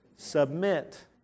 Submit